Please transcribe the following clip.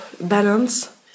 balance